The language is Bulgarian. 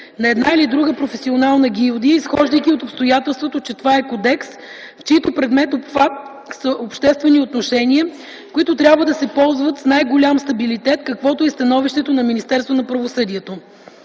на една или друга професионална гилдия, изхождайки от обстоятелството, че това е кодекс, в чийто предметен обхват са обществени отношения, които трябва да се ползват с най-голям стабилитет, каквото е и становището на Министерството на правосъдието.